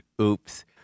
Oops